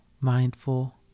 mindful